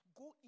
go